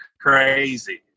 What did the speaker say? crazy